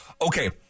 Okay